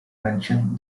mention